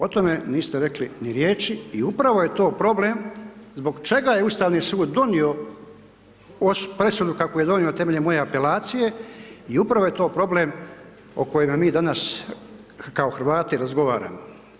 O tome niste rekli ni riječi i upravo je to problem zbog čega je Ustavni sud donio presudu kakvu je donio temeljem moje apelacije i upravo je to problem o kojemu mi danas kao Hrvati razgovaramo.